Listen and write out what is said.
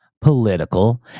political